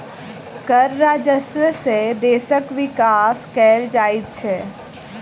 कर राजस्व सॅ देशक विकास कयल जाइत छै